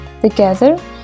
Together